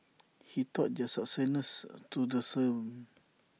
he taught their successors to the same